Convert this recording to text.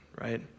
right